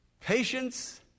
Patience